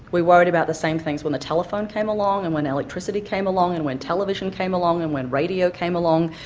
we were worried about the same things when the telephone came along and when electricity came along and when television came along and when radio came along,